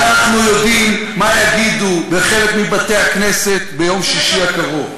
אנחנו יודעים מה יגידו בחלק מבתי-הכנסת ביום שישי הקרוב.